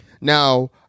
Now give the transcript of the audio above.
now